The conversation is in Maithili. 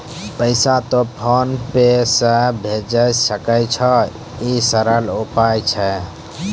पैसा तोय फोन पे से भैजै सकै छौ? ई सरल उपाय छै?